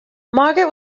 margaret